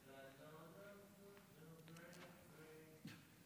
יושב-ראש הישיבה, חזרתי.